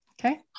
Okay